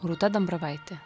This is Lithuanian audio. rūta dambravaitė